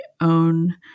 own